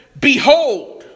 Behold